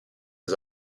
his